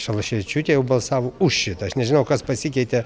šalaševičiūtė jau balsavo už šitą aš nežinau kas pasikeitė